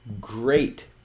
great